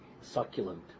succulent